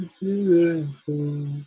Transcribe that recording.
beautiful